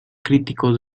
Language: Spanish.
críticos